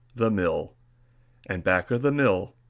the mill and back of the mill,